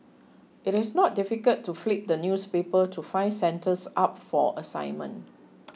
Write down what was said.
it is not difficult to flip the newspapers to find centres up for assignment